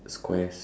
squares